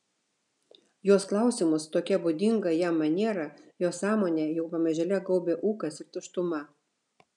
jos klausimus tokia būdinga jam maniera jo sąmonę jau pamažėle gaubė ūkas ir tuštuma